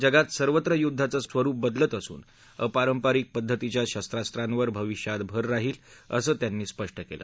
जगात सर्वत्र युद्धाचं स्वरुप बदलत असून अपारपारिक पद्धतीच्या शस्त्रास्त्रावर भाविष्यात भर राहील असं त्यांनी स्पष्ट केलं